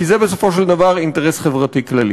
כי בסופו של דבר זה אינטרס חברתי כללי.